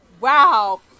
Wow